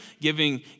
giving